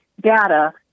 data